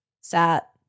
sat